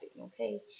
okay